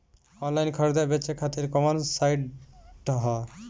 Online खरीदे बेचे खातिर कवन साइड ह?